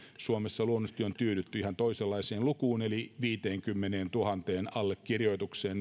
suomessa luonnollisesti on tyydytty ihan toisenlaiseen lukuun eli viiteenkymmeneentuhanteen allekirjoitukseen